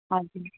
हजुर